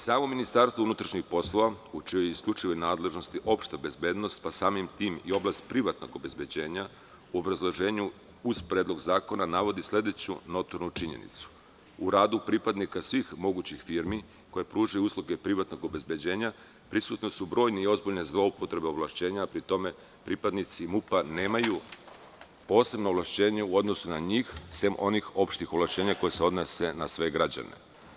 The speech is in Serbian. Samo Ministarstvo unutrašnjih poslova u čijoj je isključivoj nadležnosti opšta bezbednost, a samim tim i oblast privatnog obezbeđenja, u obrazloženju uz Predlog zakona navodi sledeću notornu činjenicu: „U radu pripadnika svih mogućih firmi koje pružaju usluge privatnog obezbeđenja, prisutne su brojne i ozbiljne zloupotrebe ovlašćenja, a pri tome pripadnici MUP-a nemaju posebna ovlašćenja u odnosu na njih, sem onih opštih ovlašćenja koja se odnose na sve građane“